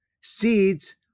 Seeds